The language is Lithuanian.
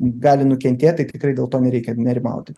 gali nukentėt tai tikrai dėl to nereikia nerimauti